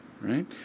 Right